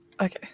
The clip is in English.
Okay